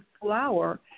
flower